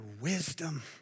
wisdom